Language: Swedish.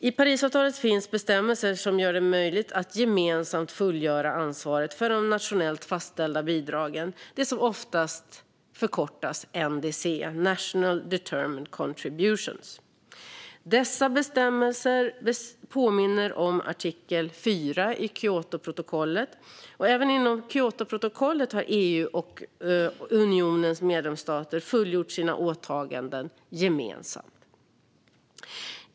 I Parisavtalet finns bestämmelser som gör det möjligt att gemensamt fullgöra ansvaret för de nationellt fastställda bidragen, det som ofta förkortas NDC, National Determined Contributions. Dessa bestämmelser påminner om artikel 4 i Kyotoprotokollet, och även inom Kyotoprotokollet har EU och unionens medlemsstater fullgjort sina åtaganden gemensamt.